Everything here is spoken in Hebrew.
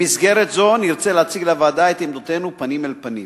במסגרת זו נרצה להציג לוועדה את עמדותינו פנים אל פנים,